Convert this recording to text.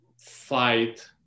fight